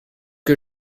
que